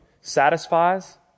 satisfies